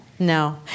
No